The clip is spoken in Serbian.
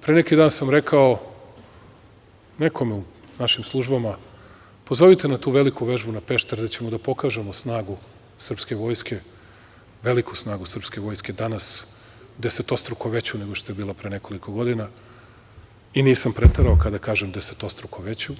pre neki dan sam rekao nekome u našim službama - pozovite na tu veliku vežbu, na Pešter, gde ćemo pokazati snagu srpske vojske, veliku snagu srpske vojske, danas desetostruko veću nego što je bila pre nekoliko godina i nisam preterao kada kažem desetostruko veću.